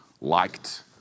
Liked